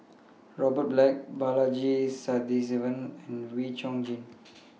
Robert Black Balaji Sadasivan and Wee Chong Jin